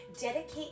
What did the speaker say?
Dedicate